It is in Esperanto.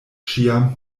ĉiam